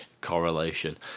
correlation